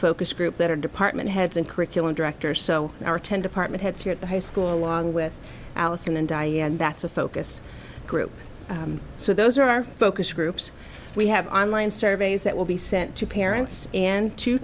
focus group that are department heads and curriculum director so our ten department heads here at the high school along with allison and diane that's a focus group so those are our focus groups we have online surveys that will be sent to parents and t